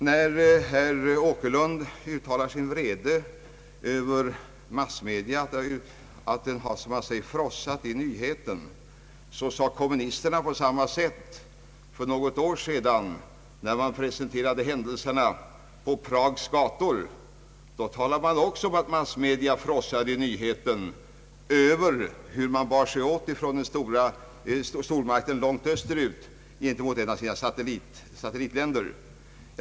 När herr Åkerlund uttalar sin vrede över massmedia, över att de som han säger frossat i nyheten angående den amerikanska massakern i Vietnam, så sade kommunisterna på samma sätt för något år sedan, när massmedia presenterade händelserna på Prags gator. Då talade man också om att massmedia frossade i nyheten om hur en annan stormakt långt österut bar sig åt mot en av sina satellitstater.